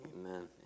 Amen